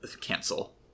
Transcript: Cancel